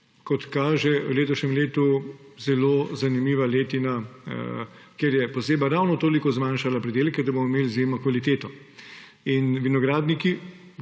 kot kaže, v letošnjem letu zelo zanimiva letina, ker je pozeba ravno toliko zmanjšala pridelke, da bomo imeli izjemno kvaliteto. In pri vinogradnikih